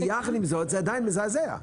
ויחד עם זאת זה עדיין מזעזע.